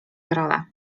role